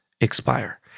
expire